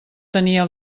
tenia